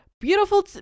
beautiful